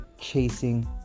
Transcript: chasing